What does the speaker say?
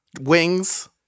Wings